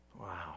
Wow